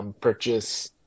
purchase